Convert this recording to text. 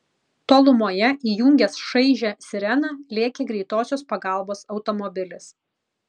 tolumoje įjungęs šaižią sireną lėkė greitosios pagalbos automobilis